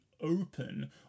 open